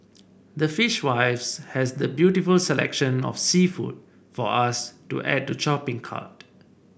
the Fishwives has the beautiful selection of seafood for us to add to shopping cart